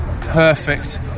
perfect